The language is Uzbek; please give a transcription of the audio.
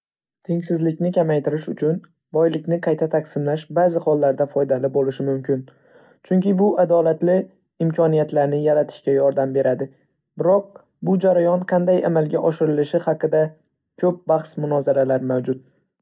Tengsizlikni kamaytirish uchun boylikni qayta taqsimlash ba'zi hollarda foydali bo‘lishi mumkin, chunki bu adolatli imkoniyatlarni yaratishga yordam beradi. Biroq, bu jarayon qanday amalga oshirilishi haqida ko‘p bahs-munozaralar mavjud.